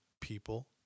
people